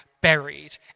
buried